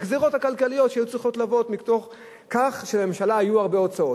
הגזירות הכלכליות שהיו צריכות להיות מתוך כך שלממשלה היו הרבה הוצאות.